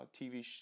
TV